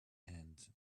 and